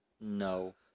No